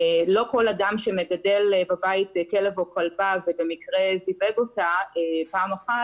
לא כל אדם שמגדל בבית כלב או כלבה ובמקרה זיווג אותה פעם אחת,